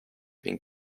been